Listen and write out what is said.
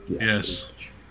Yes